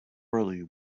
early